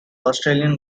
australian